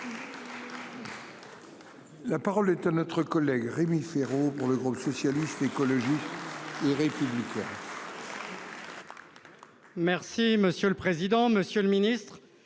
La parole est à notre collègue Rémi Féraud. Pour le groupe socialiste écologique. Merci monsieur le président, Monsieur le Ministre,